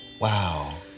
Wow